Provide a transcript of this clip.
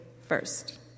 first